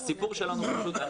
הסיפור שלנו פשוט,